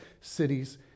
cities